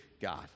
God